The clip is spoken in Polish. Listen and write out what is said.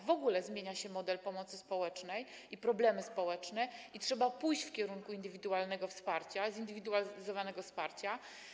W ogóle zmienia się model pomocy społecznej i problemy społeczne i trzeba pójść w kierunku indywidualnego wsparcia, zindywidualizowanego wsparcia.